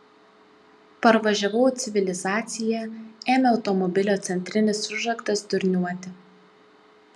parvažiavau į civilizaciją ėmė automobilio centrinis užraktas durniuoti